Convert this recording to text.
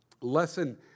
lesson